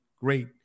great